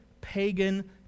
pagan